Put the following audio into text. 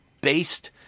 based